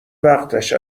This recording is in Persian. وقتش